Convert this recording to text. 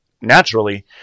naturally